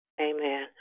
Amen